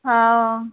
ओ